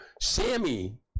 Sammy